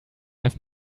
have